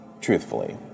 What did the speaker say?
truthfully